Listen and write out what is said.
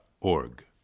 org